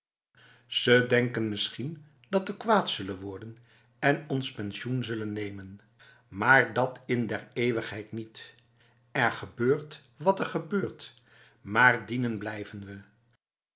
ze denken misschien dat we kwaad zullen worden en ons pensioen zullen nemen maar dat in der eeuwigheid niet er gebeurt wat er gebeurt maar dienen blijven